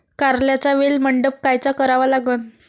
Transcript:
कारल्याचा वेल मंडप कायचा करावा लागन?